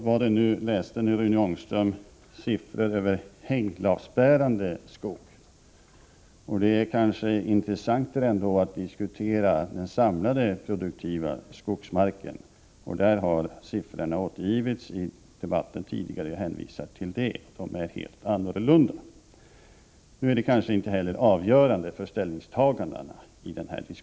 Han redovisar siffror över hänglavsbärande barrskog. Men det är kanske intressantare att diskutera siffrorna beträffande den samlade produktiva skogsmarken, som är helt andra. De har återgivits tidigare i debatten, och jag hänvisar till dem.